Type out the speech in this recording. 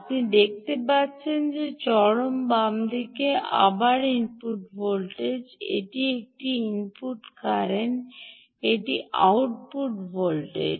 আপনি দেখতে পাচ্ছেন যে চরম বাম দিকে আবার ইনপুট ভোল্টেজ যে এটি একটি ইনপুট কারেন্ট এটি আউটপুট ভোল্টেজ